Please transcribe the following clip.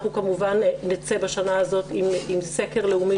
אנחנו כמובן נצא בשנה הזאת עם סקר לאומי